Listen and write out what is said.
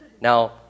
Now